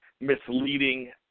misleading